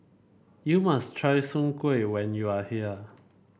you must try Soon Kueh when you are here